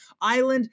Island